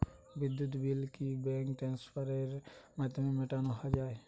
বিদ্যুৎ বিল কি ব্যাঙ্ক ট্রান্সফারের মাধ্যমে মেটানো য়ায়?